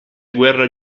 guerra